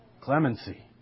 clemency